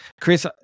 Chris